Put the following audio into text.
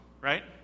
right